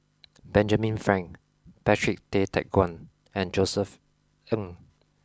Benjamin Frank Patrick Tay Teck Guan and Josef Ng